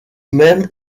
même